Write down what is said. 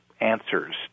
answers